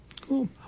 Cool